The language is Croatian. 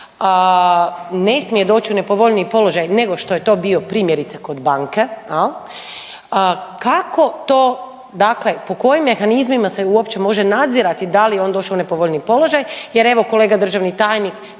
ne smije doć u nepovoljniji položaj nego što je to bio primjerice kod banke jel, kako to dakle po kojim mehanizmima se uopće može nadzirati da li je on došao u nepovoljniji položaj jer evo kolega državni tajnik